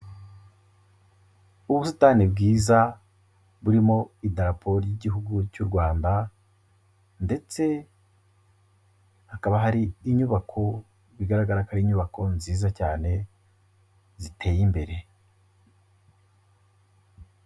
Ubusitani bwiza burimo idarapo ry'igihugu cy'u rwanda, ndetse hakaba hari inyubako bigaragara ko inyubako nziza cyane ziteye imbere.